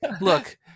look